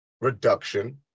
reduction